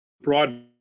broad